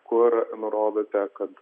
kur nurodote kad